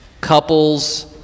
couples